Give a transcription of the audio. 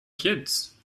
kids